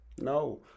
No